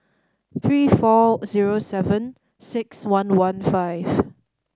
three four zero seven six one one five